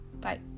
bye